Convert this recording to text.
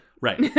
Right